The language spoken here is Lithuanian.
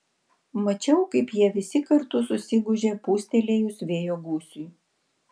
mačiau kaip jie visi kartu susigūžė pūstelėjus vėjo gūsiui